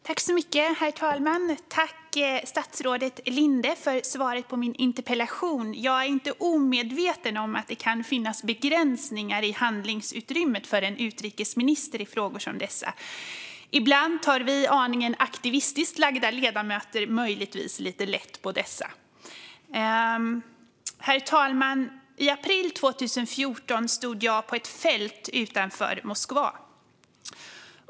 Herr talman! Tack, statsrådet Linde, för svaret på min interpellation! Jag är inte omedveten om att det kan finnas begränsningar i handlingsutrymmet för en utrikesminister i frågor som dessa. Ibland tar vi aningen aktivistiskt lagda ledamöter möjligtvis lite lätt på dessa. Herr talman! I april 2014 stod jag på ett fält utanför Moskva.